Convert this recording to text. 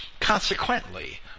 Consequently